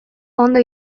ondo